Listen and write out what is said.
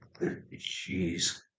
jeez